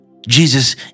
Jesus